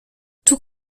tout